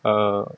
err